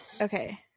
Okay